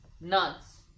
nuts